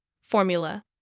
formula